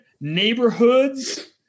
neighborhoods